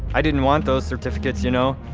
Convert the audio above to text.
i didn't want those certificates you know.